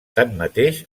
tanmateix